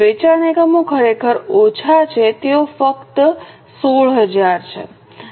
વેચાણ એકમો ખરેખર ઓછા છે તેઓ ફક્ત 16000 છે